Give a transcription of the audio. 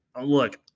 Look